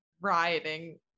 rioting